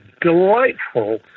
delightful